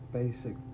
basic